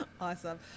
Awesome